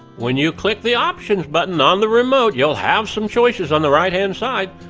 when you click the options button on the remote, you'll have some choices on the right-hand side.